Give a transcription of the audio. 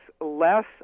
less